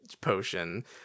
potion